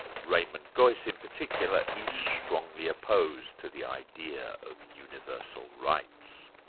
raymond geuss in particular, is strongly opposed to the idea of universal rights.